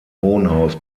wohnhaus